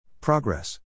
Progress